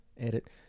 edit